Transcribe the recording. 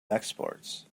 exports